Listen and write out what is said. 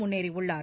முன்னேறியுள்ளார்